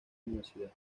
universidad